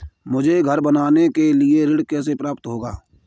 मुझे घर बनवाने के लिए ऋण कैसे प्राप्त होगा?